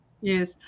yes